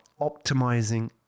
optimizing